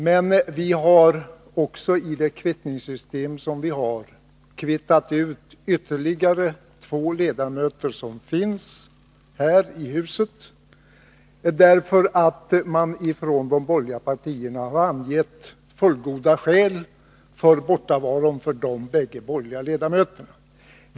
Men vi har också enligt det kvittningssystem som tillämpas kvittat ut ytterligare två ledamöter som finns här i huset, eftersom man från de borgerliga partierna har angivit fullgoda skäl för bortovaron när det gäller de ifrågavarande två borgerliga ledamöterna.